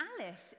Alice